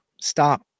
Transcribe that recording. stop